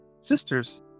sisters